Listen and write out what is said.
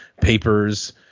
papers